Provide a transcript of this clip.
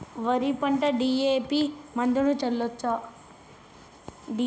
వరి పంట డి.ఎ.పి మందును చల్లచ్చా?